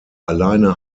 alleine